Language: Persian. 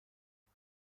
حتی